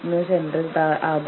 ഇവിടെ രണ്ട് കൂട്ടരും ശരിയാണ്